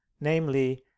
namely